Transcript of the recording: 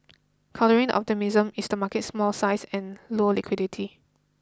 countering optimism is the market's small size and low liquidity